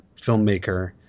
filmmaker